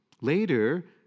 Later